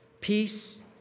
Peace